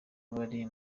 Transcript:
bari